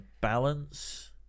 balance